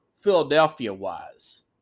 Philadelphia-wise